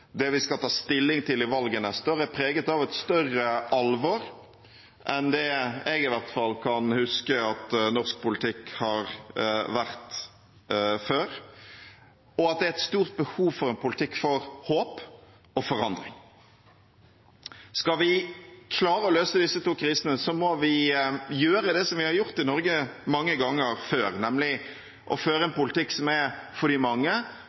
det vi skal ta stilling til i valget neste år, er preget av et større alvor enn det jeg i hvert fall kan huske at norsk politikk har vært før, og at det er et stort behov for en politikk for håp og forandring. Skal vi klare å løse disse to krisene, må vi gjøre det vi har gjort i Norge mange ganger før, nemlig føre en politikk som er for de mange